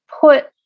put